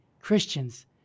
Christians